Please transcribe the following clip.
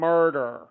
Murder